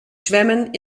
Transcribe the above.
zwemmen